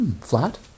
Flat